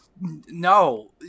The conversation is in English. No